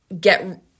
get